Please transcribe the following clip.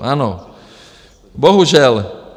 Ano, bohužel.